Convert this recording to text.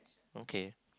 okay